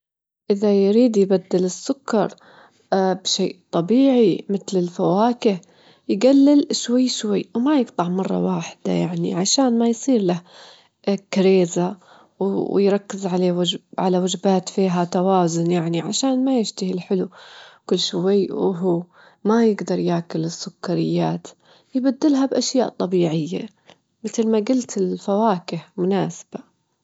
راح أكتشف كيف الوضع بيكون في المستقبل لمدة أسبوع، أجوم أسوي وأجمع المعلومات اللي أريدها علشان أخد قرارات ذكية في الوجت الحالي، عشان يكون عندي فرصة تخطيط أحسن.